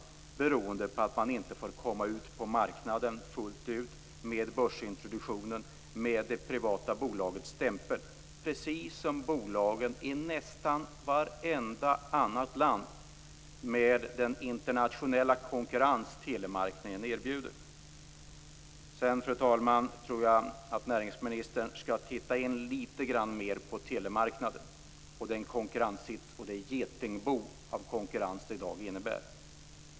Det här beror på att man inte får komma ut på marknaden fullt ut med börsintroduktion och med det privata bolagets stämpel, precis som bolagen i nästan vartenda annat land, med den internationella konkurrens som telemarknaden erbjuder. Sedan, fru talman, tror jag att näringsministern skall titta litet mer på telemarknaden, den konkurrenssits och det getingbo av konkurrens som råder i dag.